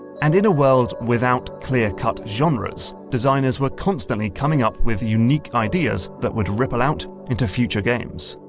and in a world without clear-cut genres, designers were constantly coming up with unique ideas that would ripple out into future games.